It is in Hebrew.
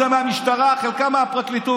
חלקן זה מהמשטרה, חלקן מהפרקליטות.